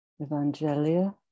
Evangelia